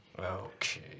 Okay